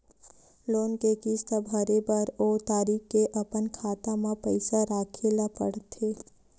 loan के किस्त भरे बर ओ तारीख के अपन खाता म पइसा राखे ल परथे